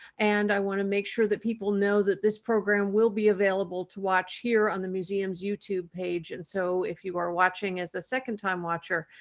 and i wanna make sure that people know that this program will be available to watch here on the museum's youtube page. and so if you are watching as a second time watcher,